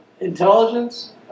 intelligence